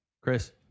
Chris